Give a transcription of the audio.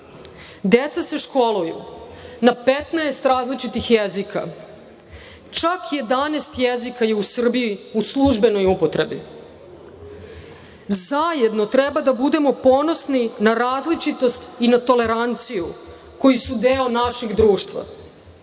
Deca se školuju na 15 različitih jezika, čak 11 jezika je u Srbiji u službenoj upotrebi. Zajedno treba da budemo ponosni na različitost i na toleranciju, koji su deo naših društva.